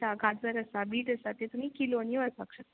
दा गाजर आसा बीट आसा ते तुमी किलोनी व्हरपाक शक